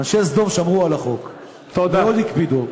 אנשי סדום שמרו על החוק, מאוד הקפידו.